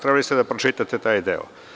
Trebali ste da pročitate taj deo.